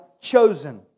chosen